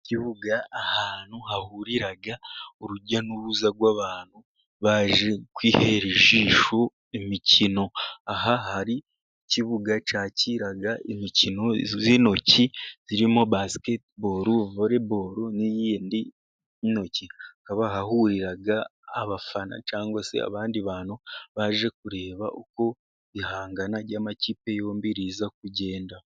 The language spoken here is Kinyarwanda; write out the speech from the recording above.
Ikibuga, ahantu hahurira urujya n'uruza rw'abantu baje ,kwihera ijisho imikino. Aha hari ikibuga cyakira imikino y'intoki irimo: basiketibolo ,volebolo n'iyindi y'intoki ,hakaba hahurira abafana, cyangwa se abandi bantu baje kureba, uko ihangana ry'amakipe yombi riza kugenda.